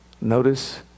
Notice